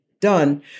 done